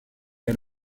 est